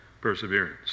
perseverance